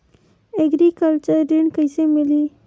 Agriculture ऋण कइसे मिलही?